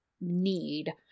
need